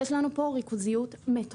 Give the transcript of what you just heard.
יש לנו פה ריכוזיות מטורפת,